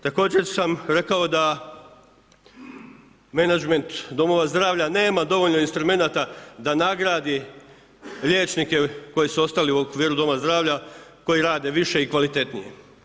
Također sam rekao da menadžment domova zdravlja nema dovoljno instrumenata da nagradi liječnika koji su ostali u okviru doma zdravlja, koji rade više i kvalitetnije.